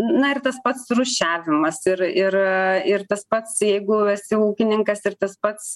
na ir tas pats rūšiavimas ir ir ir tas pats jeigu esi ūkininkas ir tas pats